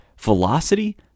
Velocity